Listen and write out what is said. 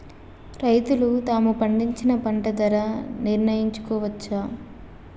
రైతులు తాము పండించిన పంట ధర నిర్ణయించుకోవచ్చా?